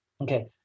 Okay